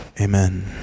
Amen